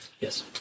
Yes